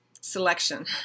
selection